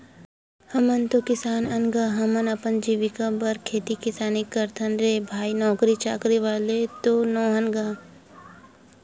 हमन तो किसान अन गा, हमन अपन अजीविका बर खेती किसानी करथन रे भई नौकरी चाकरी वाले तो नोहन गा